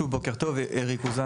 מי פה ייתן את הסקירה אולגה או אריק?